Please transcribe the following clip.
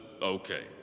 Okay